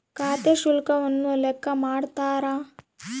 ಖಾತೆ ಶುಲ್ಕವನ್ನು ಲೆಕ್ಕ ಮಾಡ್ತಾರ